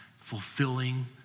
fulfilling